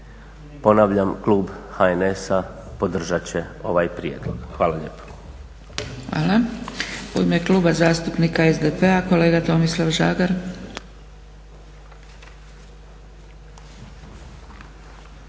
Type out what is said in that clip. ponavljam, klub HNS-a podržat će ovaj prijedlog. Hvala lijepo.